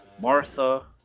Martha